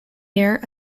year